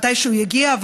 שמתישהו יגיע,